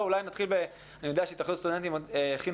אני יודע שנציגי התאחדות הסטודנטים הכינו